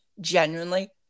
Genuinely